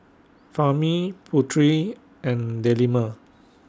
Fahmi Putri and Delima